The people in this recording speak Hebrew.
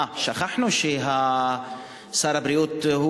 אה, שכחנו שראש הממשלה הוא